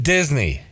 Disney